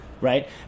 right